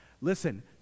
Listen